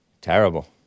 Terrible